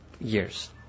years